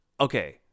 Okay